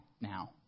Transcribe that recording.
now